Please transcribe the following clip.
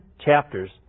chapters